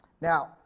Now